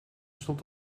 stond